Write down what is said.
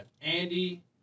Andy